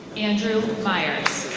andrew myers.